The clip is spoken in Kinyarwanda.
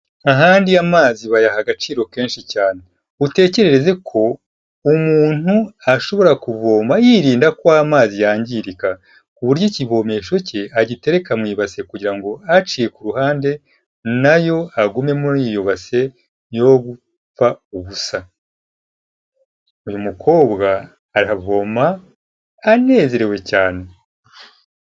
Ahandi amazi bayaha agaciro kenshi cyane, utekereze ko umuntu ashobora kuvoma yirinda ko amazi yangirika ku buryo ikivomesho cye agitereka mu ibase kugira ngo aciye ku ruhande na yo agume muri iyo base yo gupfa ubusa, uyu mukobwa aravoma anezerewe cyane.